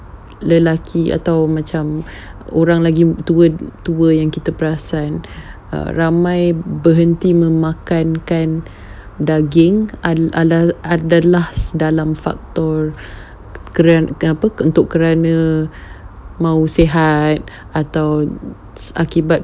lelaki atau macam orang lagi tua yang kita perasan err ramai berhenti memakan makan daging !alah! ada adalah dalam faktor kerana apa untuk kerana mahu sihat atau akibat